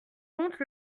compte